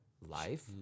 life